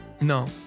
No